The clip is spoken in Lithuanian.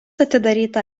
atidaryta